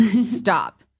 stop